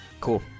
Cool